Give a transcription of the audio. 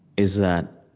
is that